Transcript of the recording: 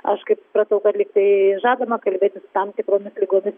aš kaip supratau kad likai žadama kalbėtis su tam tikromis ligomis